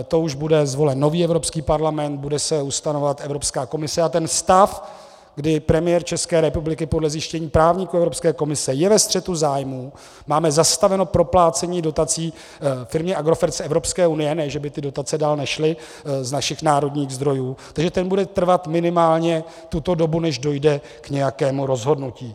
To už bude zvolen nový Evropský parlament, bude se ustavovat Evropská komise a ten stav, kdy premiér České republiky podle zjištění právníků Evropské komise je ve střetu zájmů, máme zastaveno proplácení dotací firmě Agrofert z EU, ne, že by ty dotace dál nešly z našich národních zdrojů, takže ten bude trvat minimálně tuto dobu, než dojde k nějakému rozhodnutí.